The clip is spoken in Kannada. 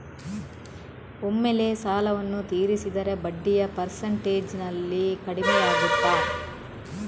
ಒಮ್ಮೆಲೇ ಸಾಲವನ್ನು ತೀರಿಸಿದರೆ ಬಡ್ಡಿಯ ಪರ್ಸೆಂಟೇಜ್ನಲ್ಲಿ ಕಡಿಮೆಯಾಗುತ್ತಾ?